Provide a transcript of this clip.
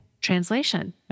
Translation